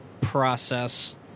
process